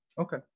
Okay